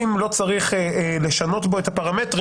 אם לא צריך לשנות בו את הפרמטרים.